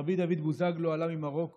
רבי דוד בוזגלו עלה ממרוקו,